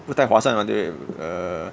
不太划算 mah 对 err